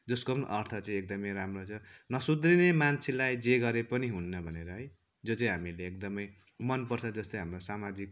जसको पनि अर्थ चाहिँ एकदमै राम्रो छ नसुध्रिने मान्छेलाई जे गरे पनि हुन्न भनेर है जो चाहिँ हामीले एकदमै मनपर्छ जस्तै हाम्रो सामाजिकमा